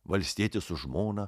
valstietis su žmona